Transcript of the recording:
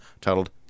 titled